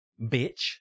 Bitch